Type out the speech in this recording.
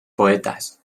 poetas